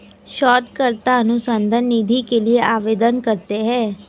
शोधकर्ता अनुसंधान निधि के लिए आवेदन करते हैं